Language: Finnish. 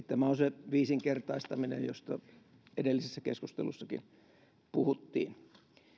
tämä on se viisinkertaistaminen josta edellisessä keskustelussakin puhuttiin